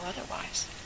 otherwise